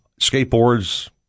skateboards